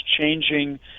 changing